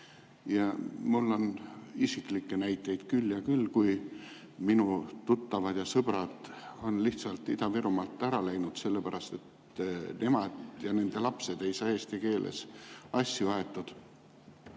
Ja mul on isiklikke näiteid küll ja küll, kui minu tuttavad ja sõbrad on lihtsalt Ida-Virumaalt ära läinud, sellepärast et nemad ja nende lapsed ei saa eesti keeles asju aetud.